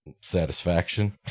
Satisfaction